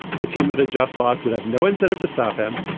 the team that had just lost would have no incentive to stop him.